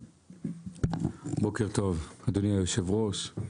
בוא טוב אדוני היושב ראש.